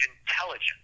intelligent